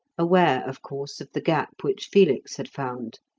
aware, of course, of the gap which felix had found.